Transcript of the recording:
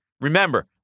remember